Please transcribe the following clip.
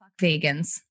vegans